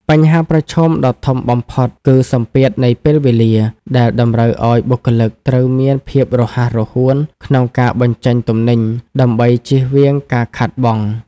បញ្ហាប្រឈមដ៏ធំបំផុតគឺសម្ពាធនៃពេលវេលា ដែលតម្រូវឱ្យបុគ្គលិកត្រូវមានភាពរហ័សរហួនក្នុងការបញ្ចេញទំនិញដើម្បីចៀសវាងការខាតបង់។